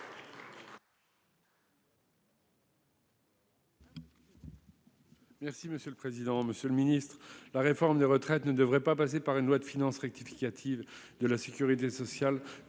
Merci monsieur le président, Monsieur le Ministre, la réforme des retraites ne devrait pas passer par une loi de finances rectificative de la Sécurité sociale